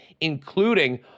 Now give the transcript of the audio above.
including